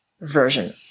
Version